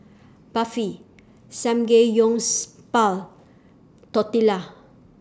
Barfi Tortillas